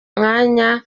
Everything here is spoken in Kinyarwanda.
mwanya